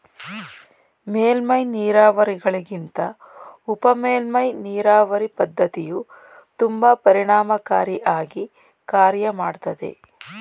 ಮೇಲ್ಮೈ ನೀರಾವರಿಗಳಿಗಿಂತ ಉಪಮೇಲ್ಮೈ ನೀರಾವರಿ ಪದ್ಧತಿಯು ತುಂಬಾ ಪರಿಣಾಮಕಾರಿ ಆಗಿ ಕಾರ್ಯ ಮಾಡ್ತದೆ